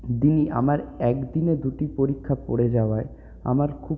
দিন আমার একদিনে দুটি পরীক্ষা পড়ে যাওয়ায় আমার খুব